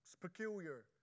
peculiar